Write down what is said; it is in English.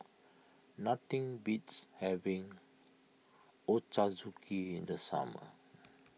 nothing beats having Ochazuke in the summer